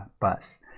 bus